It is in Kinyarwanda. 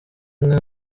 inka